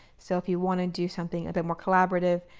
so if you want to do something a bit more collaborative,